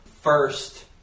first